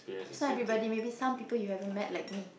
it's not everybody maybe some people you haven't met like me